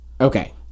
Okay